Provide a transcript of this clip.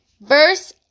Verse